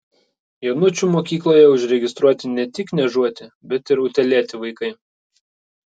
jonučių mokykloje užregistruoti ne tik niežuoti bet ir utėlėti vaikai